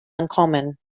uncommon